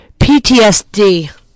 PTSD